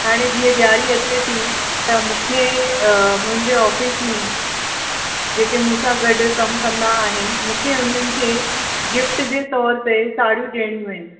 हाणे जीअं ॾियारी अचे थी त मूंखे मुंहिंजे ऑफ़िस में जेके मूंसां गॾु कमु कंदा आहिनि मूंखे हुननि खे गिफ्ट जे तौर ते साड़ियूं ॾियणियूं आहिनि